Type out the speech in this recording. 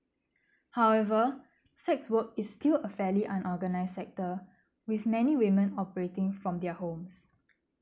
however sex work is still a fairly unorganised sector with many women operating from their homes